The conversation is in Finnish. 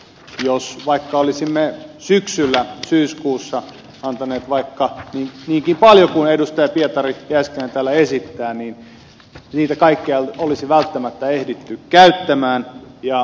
jos vaikka olisimme syksyllä syyskuussa antaneet vaikka niinkin paljon kuin edustaja pietari jääskeläinen täällä esittää niin niitä kaikkia ei olisi välttämättä ehditty käyttää